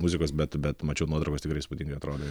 muzikos bet bet mačiau nuotraukas tikrai įspūdingai atrodė